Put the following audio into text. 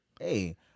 hey